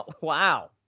Wow